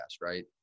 right